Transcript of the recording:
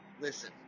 Listen